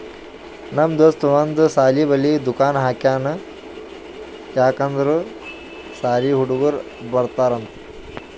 ನಮ್ ದೋಸ್ತ ಒಂದ್ ಸಾಲಿ ಬಲ್ಲಿ ದುಕಾನ್ ಹಾಕ್ಯಾನ್ ಯಾಕ್ ಅಂದುರ್ ಸಾಲಿ ಹುಡುಗರು ಬರ್ತಾರ್ ಅಂತ್